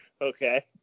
Okay